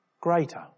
greater